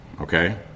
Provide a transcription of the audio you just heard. okay